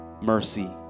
mercy